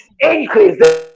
Increase